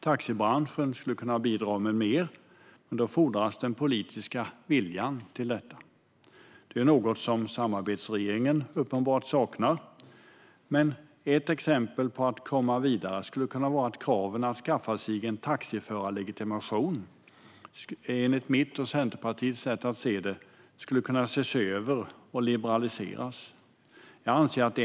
Taxibranschen skulle kunna bidra med mer, men då fordras den politiska viljan till detta. Det är något som samarbetsregeringen uppenbarligen saknar. Ett exempel för att komma vidare skulle kunna vara att kraven för att skaffa sig taxiförarlegitimation kan ses över och liberaliseras, enligt mitt och Centerpartiets sätt att se på det.